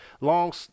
long